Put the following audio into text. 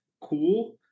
cool